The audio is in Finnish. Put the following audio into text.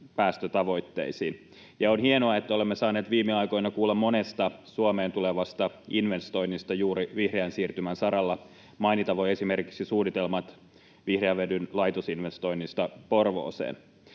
päästötavoitteisiin. On hienoa, että olemme saaneet viime aikoina kuulla monesta Suomeen tulevasta investoinnista juuri vihreän siirtymän saralla — mainita voi esimerkiksi suunnitelmat vihreän vedyn laitosinvestoinnista Porvooseen.